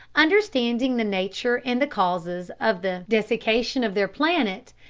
understanding the nature and the causes of the desiccation of their planet,